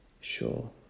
sure